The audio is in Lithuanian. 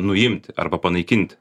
nuimti arba panaikint